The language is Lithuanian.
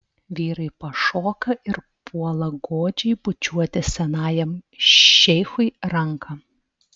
vyrai pašoka ir puola godžiai bučiuoti senajam šeichui ranką